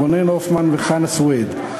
רונן הופמן וחנא סוייד,